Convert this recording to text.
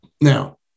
Now